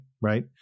right